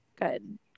Good